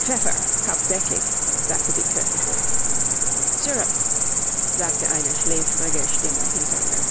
pfeffer hauptsächlich sagte die köchin syrup sagte eine schläfrige stimme hinter ihr